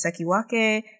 Sekiwake